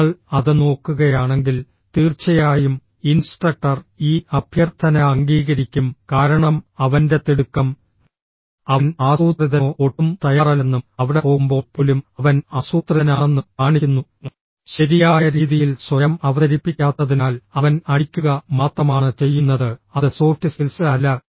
നിങ്ങൾ അത് നോക്കുകയാണെങ്കിൽ തീർച്ചയായും ഇൻസ്ട്രക്ടർ ഈ അഭ്യർത്ഥന അംഗീകരിക്കും കാരണം അവന്റെ തിടുക്കം അവൻ ആസൂത്രിതനോ ഒട്ടും തയ്യാറല്ലെന്നും അവിടെ പോകുമ്പോൾ പോലും അവൻ ആസൂത്രിതനാണെന്നും കാണിക്കുന്നു ശരിയായ രീതിയിൽ സ്വയം അവതരിപ്പിക്കാത്തതിനാൽ അവൻ അടിക്കുക മാത്രമാണ് ചെയ്യുന്നത് അത് സോഫ്റ്റ് സ്കിൽസ് അല്ല